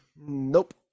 Nope